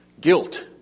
Guilt